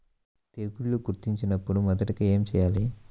తెగుళ్లు గుర్తించినపుడు మొదటిగా ఏమి చేయాలి?